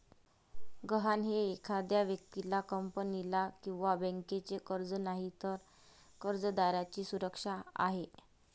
गहाण हे एखाद्या व्यक्तीला, कंपनीला किंवा बँकेचे कर्ज नाही, तर कर्जदाराची सुरक्षा आहे